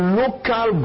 local